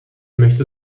möchte